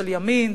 של ימין ושמאל,